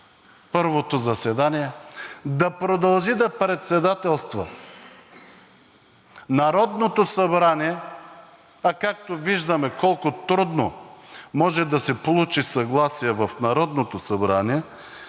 първото заседание, да продължи да председателства Народното събрание, а както виждаме колко трудно може да се получи съгласие в Народното събрание,